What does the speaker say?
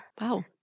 Wow